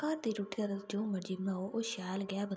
भारत दी रुट्टी दा तुस जो मर्ज़ी बनाओ ओह् शैल गै बनदा